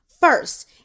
first